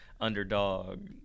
underdog